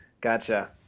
gotcha